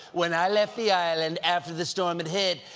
when i left the island, after the storm had hit,